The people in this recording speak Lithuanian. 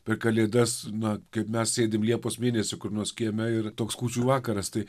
per kalėdas na kaip mes sėdim liepos mėnesį kur nors kieme ir toks kūčių vakaras tai